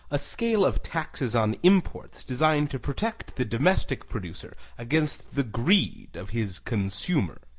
a scale of taxes on imports, designed to protect the domestic producer against the greed of his consumer.